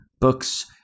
books